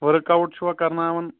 work out چھُوا کرناوان